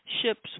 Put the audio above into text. ships